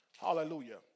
Hallelujah